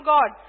God